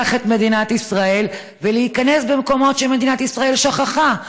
את מדינת ישראל ולהיכנס במקומות שמדינת ישראל שכחה,